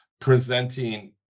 presenting